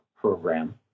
program